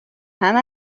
همه